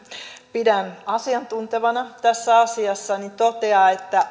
pidän asiantuntevana tässä asiassa toteaa että